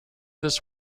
this